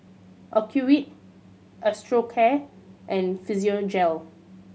Ocuvite Osteocare and Physiogel